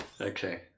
Okay